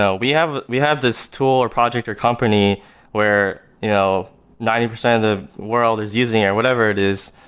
so we have we have this tool or project or company where you know ninety percent of the world is using it, or whatever it is,